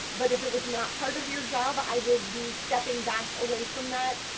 but if it was not part of your job i was be stepping back away from that.